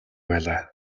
байлаа